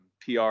PR